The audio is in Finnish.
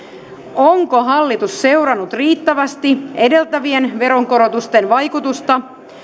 onko hallitus seurannut riittävästi edeltävien veronkorotusten vaikutusta